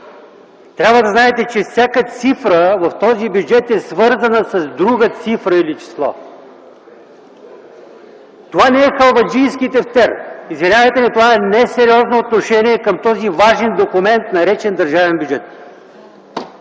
Трябва да знаете, че всяка цифра в този бюджет е свързана с други цифра или число. Това не е халваджийски тефтер. Извинявайте, но това е несериозно отношение към този важен документ, наречен държавен бюджет.